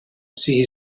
see